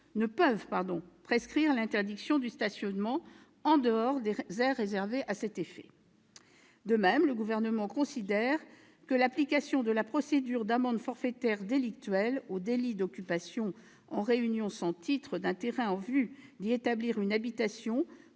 ne peuvent prescrire l'interdiction du stationnement en dehors des aires réservées à cet effet. De même, le Gouvernement considère que l'application de la procédure d'amende forfaitaire délictuelle au délit d'occupation en réunion sans titre d'un terrain en vue d'y établir une habitation